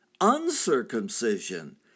Uncircumcision